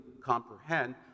comprehend